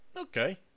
Okay